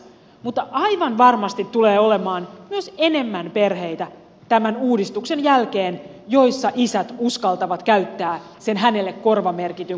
mutta aivan varmasti tulee tämän uudistuksen jälkeen olemaan enemmän perheitä joissa isät uskaltavat käyttää sen hänelle korvamerkityn kotihoidon tuen osuuden